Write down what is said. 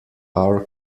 our